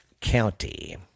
County